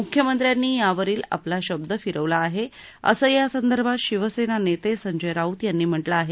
मुख्यमंत्र्यांनी यावरील आपला शब्द फिरवला आहे असं या संदर्भात शिवसेना नेते संजय राऊत यांनी म्हटलं आहे